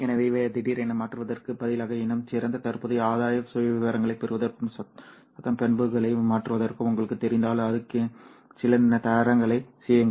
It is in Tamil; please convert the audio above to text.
எனவே இதை திடீரென மாற்றுவதற்குப் பதிலாக இன்னும் சிறந்த தற்போதைய ஆதாய சுயவிவரங்களைப் பெறுவதற்கும் சத்தம் பண்புகளை மாற்றுவதற்கும் உங்களுக்குத் தெரிந்தால் அடுக்கின் சில தரங்களைச் செய்யுங்கள்